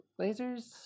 lasers